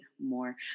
more